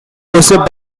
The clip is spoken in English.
hosted